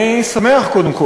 תודה לך, אני שמח, קודם כול,